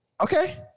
Okay